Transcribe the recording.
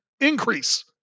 Increase